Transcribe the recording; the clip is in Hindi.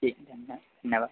ठीक है धन्यवाद